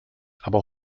aber